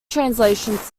translations